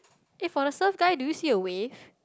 eh for the surf guy do you see a wave